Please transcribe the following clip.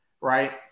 Right